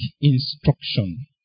instruction